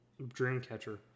Dreamcatcher